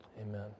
Amen